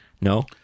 No